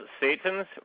Satans